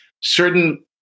certain